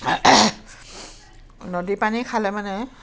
নদীৰ পানী খালে মানে